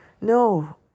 No